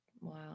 Wow